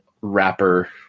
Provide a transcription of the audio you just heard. rapper